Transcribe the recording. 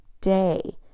day